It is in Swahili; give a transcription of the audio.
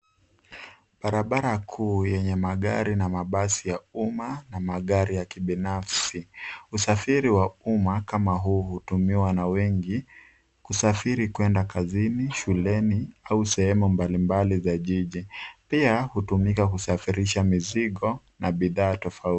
Barabara ku yenye magari na mabasi ya umma na magari ya kibinafsi. Usafiri wa umma kama huu hutumiwa na watu wengi kusafiri kuenda kazini, shuleni au sehemu mbalimbali za jiji. Pia hutumika kusafirisha mizigo.